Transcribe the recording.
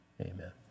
amen